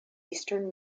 eastern